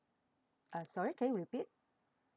uh sorry can you repeat